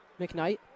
McKnight